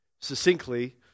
succinctly